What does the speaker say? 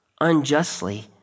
unjustly